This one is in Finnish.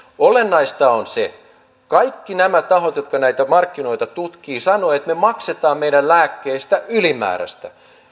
olennaista on se että kaikki nämä tahot jotka näitä markkinoita tutkivat sanovat että me maksamme meidän lääkkeistä ylimääräistä